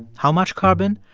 how much carbon?